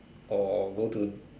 or go to